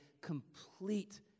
complete